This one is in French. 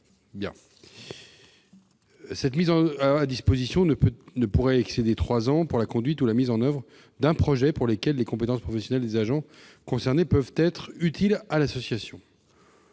de cette mise à disposition, pour la conduite ou la mise en oeuvre d'un projet pour lequel les compétences professionnelles des agents concernés peuvent être utiles à l'association,